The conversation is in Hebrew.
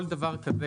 כל דבר כזה,